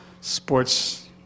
sports